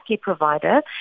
provider